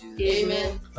Amen